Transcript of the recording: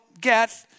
get